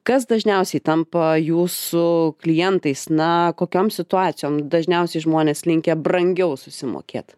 kas dažniausiai tampa jūsų klientais na kokiom situacijom dažniausiai žmonės linkę brangiau susimokėt